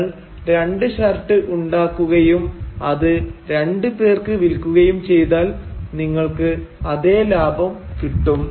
നിങ്ങൾ രണ്ട് ഷർട്ട് ഉണ്ടാക്കുകയും അത് രണ്ട് പേർക്ക് വിൽക്കുകയും ചെയ്താൽ നിങ്ങൾക്ക് അതേ ലാഭം കിട്ടും